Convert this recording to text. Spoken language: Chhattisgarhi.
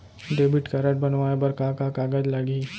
डेबिट कारड बनवाये बर का का कागज लागही?